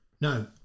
No